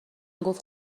گفت